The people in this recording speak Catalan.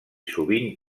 sovint